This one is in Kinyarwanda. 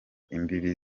imbibi